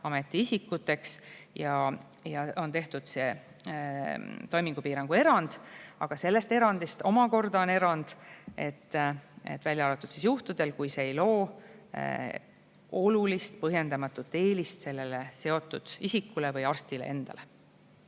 ametiisikuteks ja on tehtud toimingupiirangu erand, aga sellest erandist on omakorda erand: välja arvatud juhtudel, kui see ei loo olulist põhjendamatut eelist seotud isikule või arstile endale.